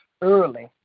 early